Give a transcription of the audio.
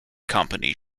company